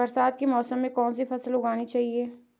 बरसात के मौसम में कौन सी फसल उगानी चाहिए?